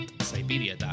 Siberia